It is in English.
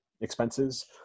expenses